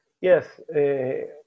Yes